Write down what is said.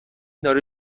داره